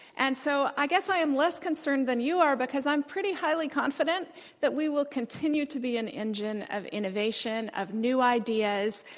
and so i guess i am less concerned than you are because i'm pretty highly confident that we will continue to be an engine of innovation, of new ideas,